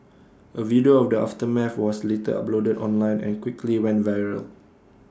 A video of the aftermath was later uploaded online and quickly went viral